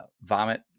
vomit